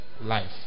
Life